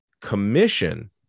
commission